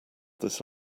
this